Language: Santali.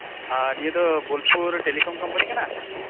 ᱟ ᱱᱤᱭᱟᱹ ᱫᱚ ᱵᱳᱞᱯᱩᱨ ᱴᱮᱞᱤ ᱠᱳᱢᱯᱟᱱᱤ ᱠᱟᱱᱟ